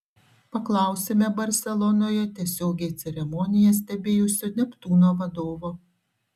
paklausėme barselonoje tiesiogiai ceremoniją stebėjusio neptūno vadovo